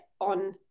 on